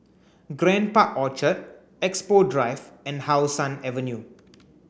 Grand Park Orchard Expo Drive and How Sun Avenue